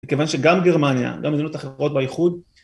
מכיוון שגם גרמניה, גם מדינות אחרות באיחוד